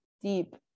deep